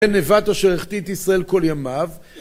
זה נבט שהחטיא את ישראל כל ימיו